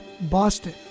Boston